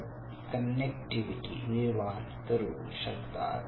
बत कंनेक्टिविटी निर्माण करू शकतात